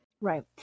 Right